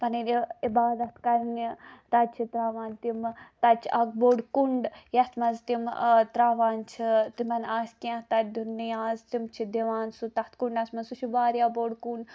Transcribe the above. پَنٕنۍ یہِ عبادت کَرنہِ تَتہِ چھِ تراوان تِم تَتہِ چھُ اکھ بوڑ کوٚنڑٕ یَتھ منٛز تِم تراوان چھِ تِمن آسہِ کیٚنٛہہ تَتہِ دِیُن نِیاز تِم چھِ دِوان سُہ تَتھ کُنڑس منٛز سُہ چھُ واریاہ بوڑ کُنڑ